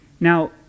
Now